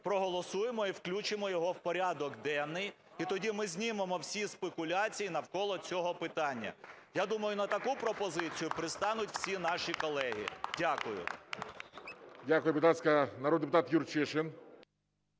проголосуємо і включимо його в порядок денний. І тоді ми знімемо всі спекуляції навколо цього питання. Я думаю, на таку пропозицію пристануть всі наші колеги. Дякую. ГОЛОВУЮЧИЙ. Дякую. Будь ласка, народний депутат Юрчишин.